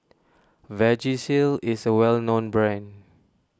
Vagisil is a well known brand